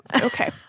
Okay